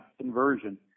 conversion